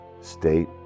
state